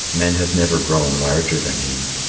men have never grown larger than he,